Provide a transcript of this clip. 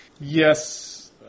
Yes